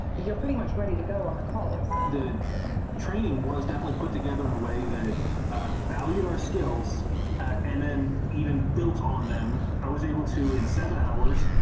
you're pretty much ready to go on the calls. the training was definitely put together in a way that valued our skills and then even built on them. i was able to, in seven hours,